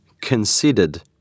considered